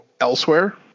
elsewhere